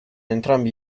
entrambi